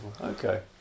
okay